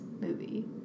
movie